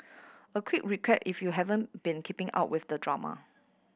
a quick recap if you haven't been keeping up with the drama